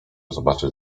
zobaczyć